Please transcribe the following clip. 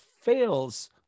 fails